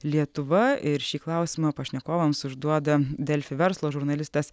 lietuva ir šį klausimą pašnekovams užduoda delfi verslo žurnalistas